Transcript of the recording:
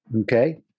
Okay